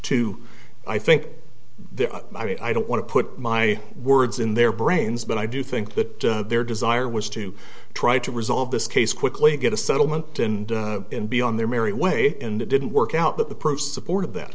to i think there i mean i don't want to put my words in their brains but i do think that their desire was to try to resolve this case quickly get a settlement and be on their merry way and it didn't work out that the proof supported th